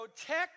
protect